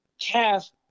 calf